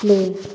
play